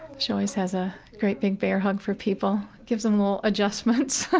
she always has a great big bear hug for people, gives them little adjustments